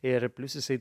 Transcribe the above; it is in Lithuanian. ir plius jisai